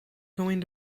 going